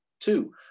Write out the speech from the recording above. Two